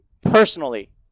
personally